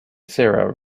sarah